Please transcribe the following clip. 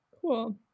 cool